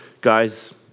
guys